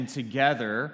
together